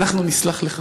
אנחנו נסלח לך,